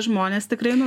žmonės tikrai nu